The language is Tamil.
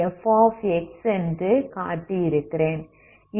நான் ux0f என்று காட்டி இருக்கிறேன்